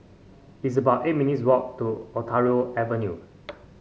it's about eight minutes' walk to Ontario Avenue